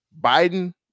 Biden